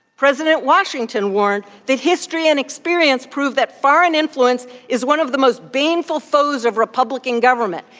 president washington warned that history and experience prove that foreign influence is one of the most baneful foes of republican government.